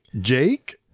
Jake